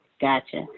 Gotcha